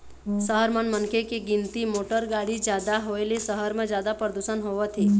सहर म मनखे के गिनती, मोटर गाड़ी जादा होए ले सहर म जादा परदूसन होवत हे